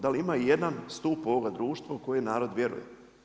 Da li ima i jedan stup ovoga društva u koji narod vjeruje?